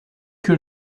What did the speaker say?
que